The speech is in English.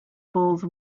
bulls